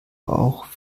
auch